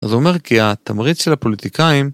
זה אומר כי התמריץ של הפוליטיקאים